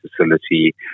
facility